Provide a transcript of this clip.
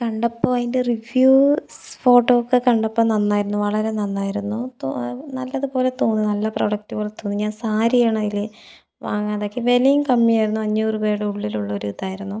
കണ്ടപ്പോൾ അതിൻ്റെ reviews photo ഒക്കെ കണ്ടപ്പോൾ നന്നായിരുന്നു വളരെ നന്നായിരുന്നു ഇപ്പോൾ നല്ലത് പോലെ തോന്നി നല്ല പ്രൊഡക്റ്റ് പോലെ തോന്നി ഞാൻ സാരിയാണതിൽ വാങ്ങാൻ നോക്കി വിലയും കമ്മിയായിരുന്നു അഞ്ഞൂറ് രൂപയുടെ ഉള്ളിലുള്ള ഒരിതായിരുന്നു